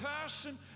person